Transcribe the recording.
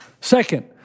Second